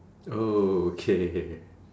okay